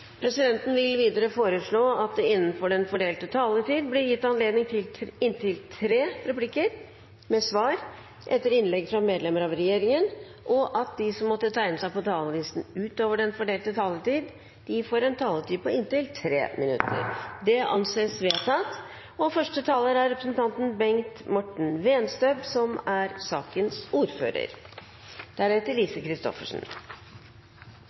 Presidenten vil videre foreslå at det blir gitt anledning til inntil tre replikker med svar etter innlegg fra medlemmer av regjeringen innenfor den fordelte taletid, og at de som måtte tegne seg på talerlisten utover den fordelte taletid, får en taletid på inntil 3 minutter. – Det anses vedtatt. Jeg vil først benytte anledningen til å takke komiteen for godt og konstruktivt arbeid med saken fram til vi i dag skal debattere den. Norge er